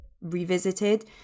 revisited